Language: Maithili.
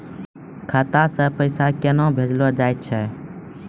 खाता से पैसा केना भेजलो जाय छै?